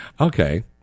Okay